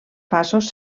passos